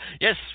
Yes